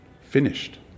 finished